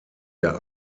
der